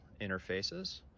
interfaces